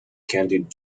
candied